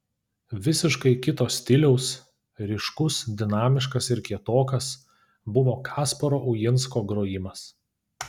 visiškai kito stiliaus ryškus dinamiškas ir kietokas buvo kasparo uinsko grojimas